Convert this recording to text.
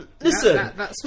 listen